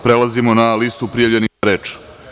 Prelazimo na listu prijavljenih za reč.